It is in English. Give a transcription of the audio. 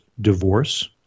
divorce